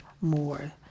more